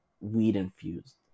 weed-infused